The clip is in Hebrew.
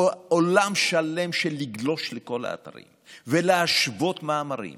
עולם שלם של לגלוש לכל האתרים ולהשוות מאמרים